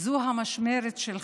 זו המשמרת שלך.